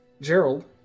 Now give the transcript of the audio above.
Gerald